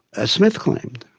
as smith claimed,